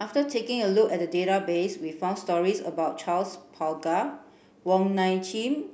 after taking a look at the database we found stories about Charles Paglar Wong Nai Chin